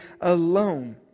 alone